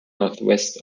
northwest